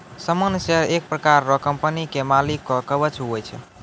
सामान्य शेयर एक प्रकार रो कंपनी के मालिक रो कवच हुवै छै